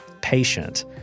patient